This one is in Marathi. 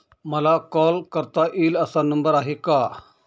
मला कॉल करता येईल असा नंबर आहे का?